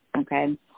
okay